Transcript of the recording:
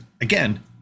again